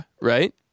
right